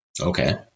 Okay